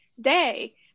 day